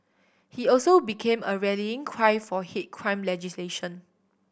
he also became a rallying cry for hate crime legislation